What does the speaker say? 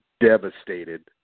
devastated